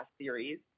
series